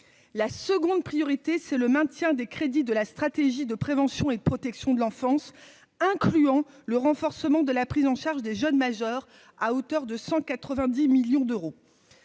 la seconde priorité, c'est le maintien des crédits de la stratégie de prévention et de protection de l'enfance, incluant le renforcement de la prise en charge des jeunes majeurs à hauteur de 190 millions d'euros,